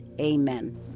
Amen